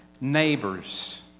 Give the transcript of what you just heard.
neighbors